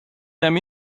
them